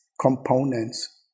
components